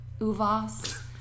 Uvas